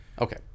Okay